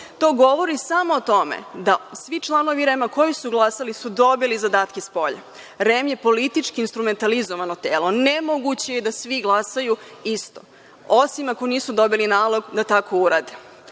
To govori samo o tome da svi članovi REM koji su glasali su dobili zadatke spolja. REM je politički instrumentalizovano telo. Nemoguće je da svi glasaju isto, osim ako nisu dobili nalog da tako urade. Tako